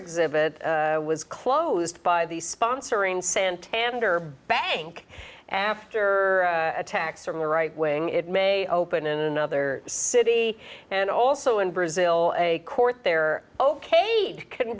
exhibit was closed by the sponsoring santander bank after attacks from the right wing it may open in another city and also in brazil a court there okayed couldn't